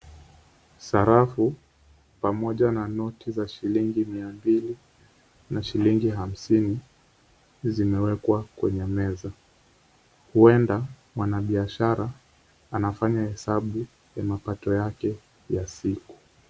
Sarafu pamoja na noti za shilingi mia mbili na shilingi hamsini zimewekwa kwenye meza. Huenda mwanabiashara anafanya hesabu ya mapato yake ya siku.